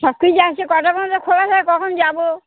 সব কিছু আছে কটা পর্যন্ত খোলা থাকে কখন যাব